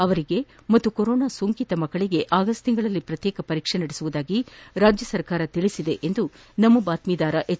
ಅವರಿಗೆ ಮತ್ತು ಕೊರೋನಾ ಸೋಂಕಿತ ಮಕ್ಕಳಿಗೆ ಆಗಸ್ಟ್ ತಿಂಗಳಲ್ಲಿ ಪ್ರತ್ಯೇಕ ಪರೀಕ್ಷೆ ನಡೆಸುವುದಾಗಿ ರಾಜ್ಯ ಸರ್ಕಾರ ತಿಳಿಸಿದೆ ಎಂದು ನಮ್ಮ ಬಾತ್ತೀದಾರ ಎಚ್